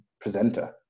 presenter